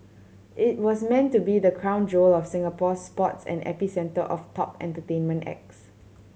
it was meant to be the crown jewel of Singapore sports and epicentre of top entertainment acts